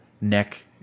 neck